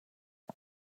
but